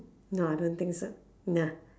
no I don't think so no